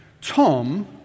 Tom